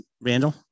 Randall